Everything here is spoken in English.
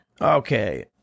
Okay